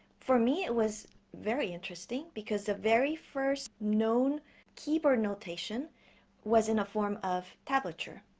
for me it was very interesting because the very first known keyboard notation was in a form of tablature